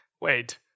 wait